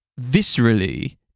viscerally